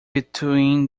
between